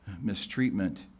mistreatment